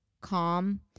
calm